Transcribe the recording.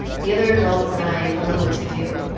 the other adults and i don't know what to do,